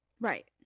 Right